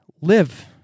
live